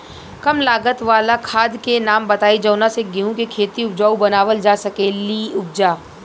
कम लागत वाला खाद के नाम बताई जवना से गेहूं के खेती उपजाऊ बनावल जा सके ती उपजा?